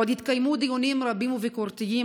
עוד יתקיימו דיונים רבים וביקורתיים